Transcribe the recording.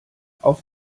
auf